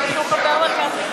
או שהוא חבר מרכז ליכוד.